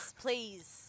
Please